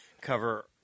cover